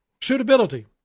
Suitability